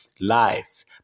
life